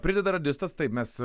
prideda radistas taip mes